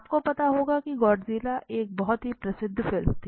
आपको पता होगा की गोडजिल्ला एक बहुत ही प्रसिद्ध फिल्म भी है